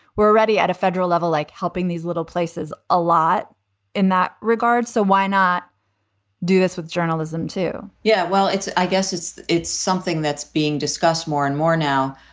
we're already at a federal level, like helping these little places a lot in that regard. so why not do this with journalism, too? yeah, well, it's i guess it's it's something that's being discussed more and more now.